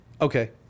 Okay